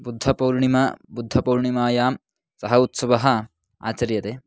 बुद्धपूर्णिमा बुद्धपूर्णिमायां सः उत्सवः आचर्यते